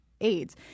AIDS